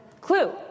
Clue